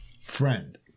friend